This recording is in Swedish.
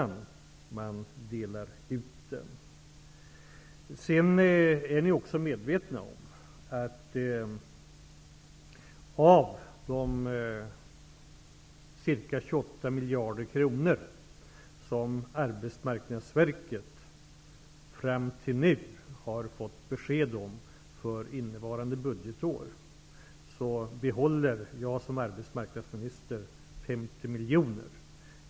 Ni är också medvetna om att av de ca 28 miljarder kronor som Arbetsmarknadsverket fram till nu har fått besked om för innevarande budgetår, behåller jag som arbetsmarknadsminister 50 miljoner kronor.